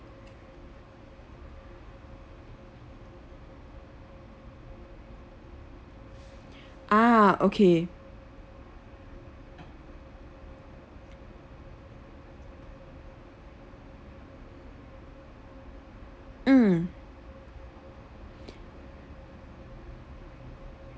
ah okay mm